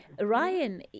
Ryan